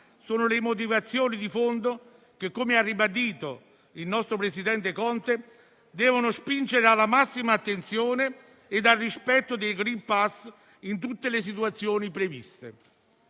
le motivazioni di fondo che, come ha ribadito il nostro presidente Conte, devono spingere alla massima attenzione e al rispetto del *green pass* in tutte le situazione previste.